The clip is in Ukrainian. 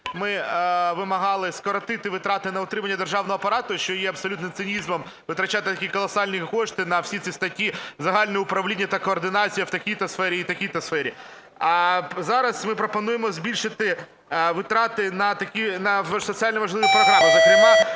ми вимагали скоротити витрати на утримання державного апарату, що є абсолютним цинізмом витрачати такі колосальні кошти на всі ці статті загального управління та координації в такій-то сфері і такій-то сфері. А зараз ми пропонуємо збільшити витрати на соціально важливі програми. Зокрема,